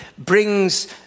brings